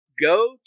go